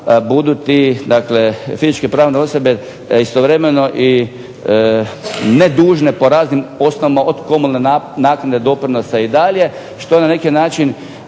budu te fizičke pravne osobe istovremeno i ne dužne po raznim osnovama, od komunalne naknade, doprinosa i dalje. Što na neki način